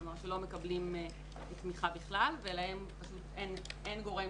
כלומר שלא מקבלים תמיכה בכלל ולהם פשוט אין גורם